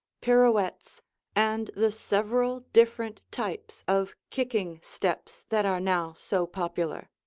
pirouettes and the several different types of kicking steps that are now so popular.